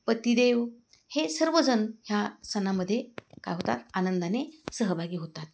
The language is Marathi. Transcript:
पतिदेव हे सर्वजण ह्या सणामध्ये काय होतात आनंदाने सहभागी होतात